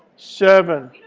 seven.